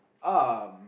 um